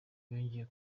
yongeye